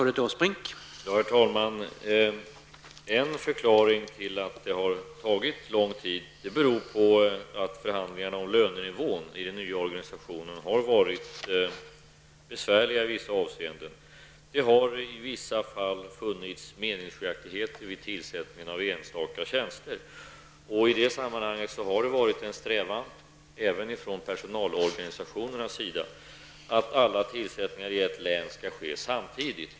Herr talman! En förklaring till att det har tagit så lång tid är att förhandlingarna om lönenivån inom den nya organisationen har varit besvärliga i vissa avseenden. Det har i vissa fall funnits meningsskiljaktigheter vid tillsättningen av enstaka tjänster. I det sammanhanget har det varit en strävan, även från personalorganisationernas sida, att alla tillsättningar i ett län skall ske samtidigt.